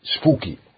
spooky